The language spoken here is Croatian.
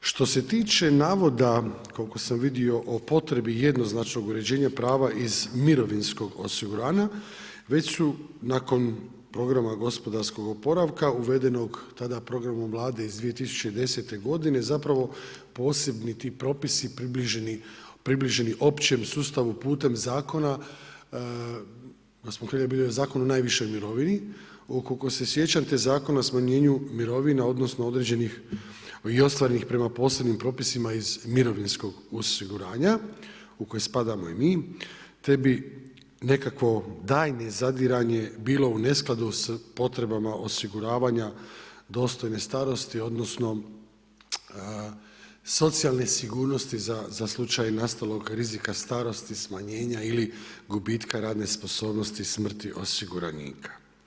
Što se tiče navoda, koliko sam vidio o potrebi jednoznačnog uređenja prava iz mirovinskog osiguranja, već su nakon programa gospodarskog oporavka uvedenog tada programom Vlade iz 2010. godine zapravo posebni ti propisi približeni općem sustavu putem zakona, gospon Hrelja, bio je Zakon o najvišoj mirovini, ukoliko se sjećam te Zakona o smanjenju mirovina, odnosno određenih i ostvarenih prema posebnim propisima iz mirovinskog osiguranja, u koje spadamo i mi, te bi nekakvo daljnje zadiranje bilo u neskladu s potrebama osiguravanja dostojne starosti, odnosno socijalne sigurnosti za slučaj nastalog rizika starosti, smanjenja ili gubitka radne sposobnosti, smrti osiguranika.